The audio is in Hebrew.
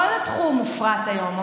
כל התחום הופרט היום.